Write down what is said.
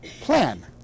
plan